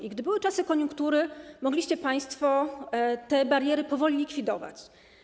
Kiedy były czasy koniunktury, mogliście państwo te bariery powoli likwidować.